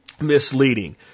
misleading